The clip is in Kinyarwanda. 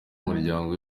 muryango